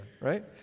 Right